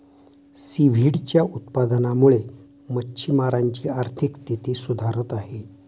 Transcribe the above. सीव्हीडच्या उत्पादनामुळे मच्छिमारांची आर्थिक स्थिती सुधारत आहे